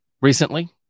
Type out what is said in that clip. recently